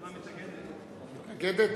הממשלה מתנגדת.